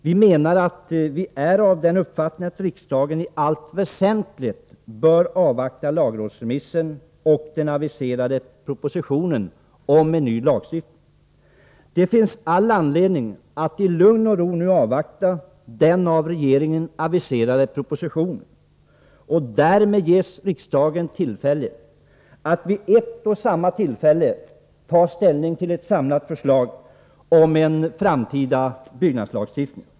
Vi är av den principiella uppfattningen att riksdagen i allt väsentligt bör avvakta lagrådsremissen och den aviserade propositionen om en ny byggnadslagstiftning. Det finns all anledning att i lugn och ro avvakta den av regeringen aviserade propositionen. Därmed ges riksdagen möjlighet att vid ett och samma tillfälle ta ställning till ett samlat förslag om en framtida byggnadslagstiftning.